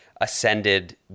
ascended